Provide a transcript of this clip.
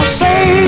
say